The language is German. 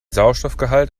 sauerstoffgehalt